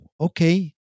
okay